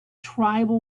tribal